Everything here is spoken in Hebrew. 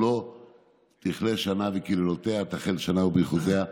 תכלה שנה וקללותיה, תחל שנה וברכותיה.